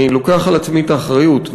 אני לוקח על עצמי את האחריות,